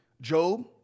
Job